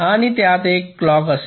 आणि त्यात एक क्लॉक असेल